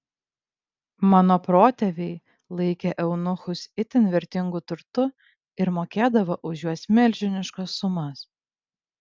mano protėviai laikė eunuchus itin vertingu turtu ir mokėdavo už juos milžiniškas sumas